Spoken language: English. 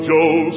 Joe